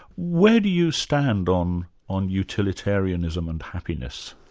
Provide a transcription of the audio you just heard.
where do you stand on on utilitarianism and happiness?